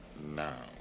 now